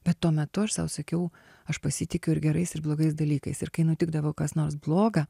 bet tuo metu aš sau sakiau aš pasitikiu ir gerais ir blogais dalykais ir kai nutikdavo kas nors bloga